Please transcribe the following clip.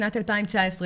שנת 2019,